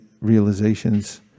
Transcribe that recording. realizations